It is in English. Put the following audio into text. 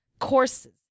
Courses